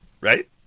right